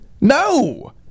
No